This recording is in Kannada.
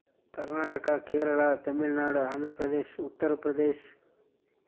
ಕರ್ನಾಟಕ ಕೇರಳ ತಮಿಳ್ನಾಡು ಆಂಧ್ರ ಪ್ರದೇಶ್ ಉತ್ತರ್ ಪ್ರದೇಶ್